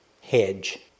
hedge